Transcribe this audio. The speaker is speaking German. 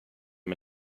man